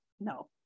No